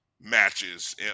matches